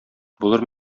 булыр